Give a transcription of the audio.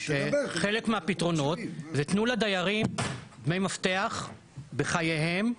שחלק מהפתרונות זה תנו לדיירים דמי מפתח בחייהם,